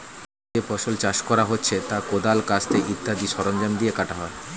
যে ফসল চাষ করা হচ্ছে তা কোদাল, কাস্তে ইত্যাদি সরঞ্জাম দিয়ে কাটা হয়